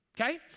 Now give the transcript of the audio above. Okay